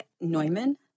Neumann